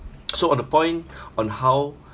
so on the point on how